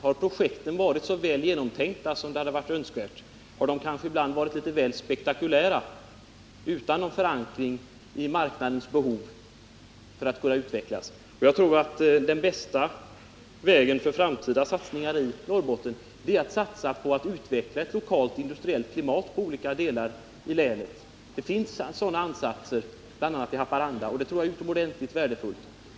Har projekten varit så väl genomtänkta som det hade varit önskvärt? Har de kanske ibland varit litet väl spektakulära, utan någon förankring i marknadens behov, för att kunna utvecklas? Jag tror att den bästa vägen att gå för framtida satsningar i Norrbotten är att satsa på utveckling av ett lokalt industriellt klimat i olika delar av länet. Det finns sådana ansatser, bl.a. i Haparanda, och det är utomordentligt värdefullt.